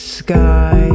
sky